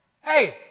Hey